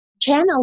channel